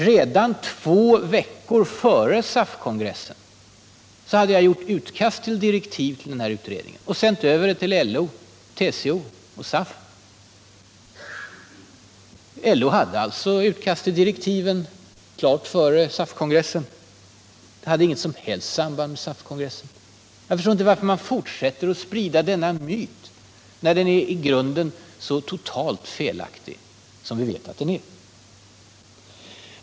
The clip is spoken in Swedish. Redan två veckor före SAF-kongressen hade jag gjort ett utkast till direktiv till den här utredningen och sänt över det till LO, TCO och SAF. LO hade alltså utkastet till direktiv i god tid före SAF-kongressen. Det fanns inget som helst samband med SAF-kongressen. Jag förstår inte varför man fortsätter att sprida denna myt, när vi vet att den är så i grunden felaktig.